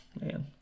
Man